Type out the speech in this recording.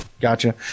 Gotcha